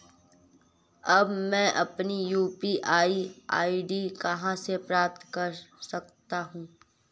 अब मैं अपनी यू.पी.आई आई.डी कहां से प्राप्त कर सकता हूं?